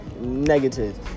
Negative